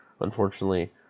unfortunately